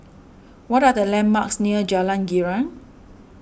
what are the landmarks near Jalan Girang